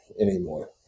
anymore